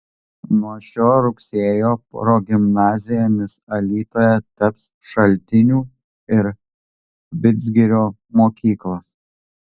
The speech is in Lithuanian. nuo šio rugsėjo progimnazijomis alytuje taps šaltinių ir vidzgirio mokyklos